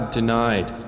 denied